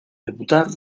debutar